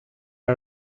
are